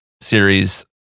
series